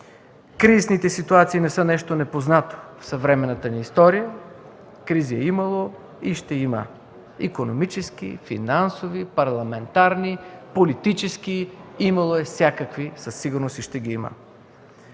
Кризисните ситуации не са нещо непознато в съвременната ни история. Кризи е имало и ще има – икономически, финансови, парламентарни, политически. Имало е всякакви, със сигурност ще ги има.